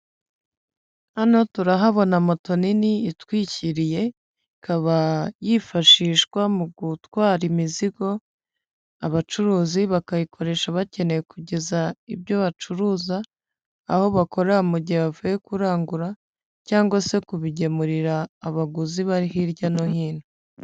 Hano turahabona moto nini itwikiriye, ikaba yifashishwa mu gutwara imizigo, abacuruzi bakayikoresha bakeneye kugeza ibyo bacuruza aho bakorera mu gihe bavuye kurangura cyangwa se kubigemurira abaguzi bari hirya no hino.